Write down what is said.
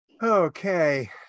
Okay